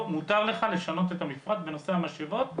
'מותר לך לשנות את המפרט בנושא המשאבות'.